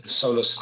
solar